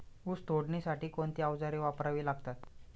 ऊस तोडणीसाठी कोणती अवजारे वापरावी लागतात?